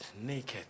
naked